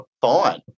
fine